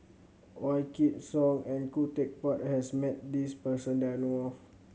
Wykidd Song and Khoo Teck Puat has met this person that I know of